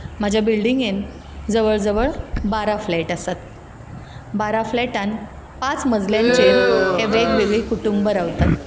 म्हज्या बिल्डिंगेंत जवळ जवळ बारा फ्लॅट आसात बारा फ्लॅटांत पांच मजल्याचेर हे वेग वेगळे कुटुंब रावतात